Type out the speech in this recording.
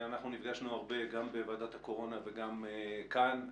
אנחנו נפגשנו הרבה גם בוועדת הקורונה וגם כאן.